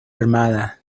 armada